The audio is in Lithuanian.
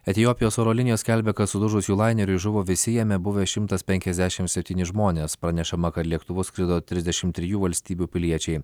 etiopijos oro linijos skelbia kad sudužus jų laineriui žuvo visi jame buvę šimtas penkiasdešim septyni žmonės pranešama kad lėktuvu skrido trisdešim trijų valstybių piliečiai